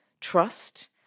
trust